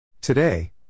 Today